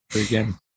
again